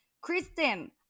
Kristen